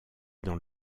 dans